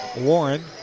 Warren